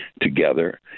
together